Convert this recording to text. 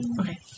Okay